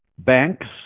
banks